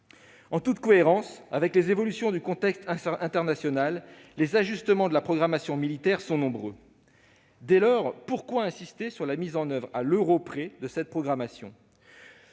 En toute cohérence avec les évolutions du contexte international, les ajustements de la programmation militaire sont nombreux. Dès lors, pourquoi insister sur la mise en oeuvre « à l'euro près » de cette programmation,